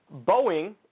Boeing